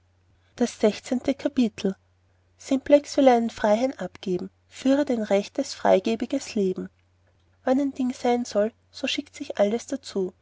das sechzehnte kapitel simplex will einen freiherren abgeben führet ein rechtes freigebiges leben wann ein ding sein soll so schickt sich alles darzu